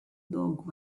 dog